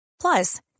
Plus